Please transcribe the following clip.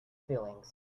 feelings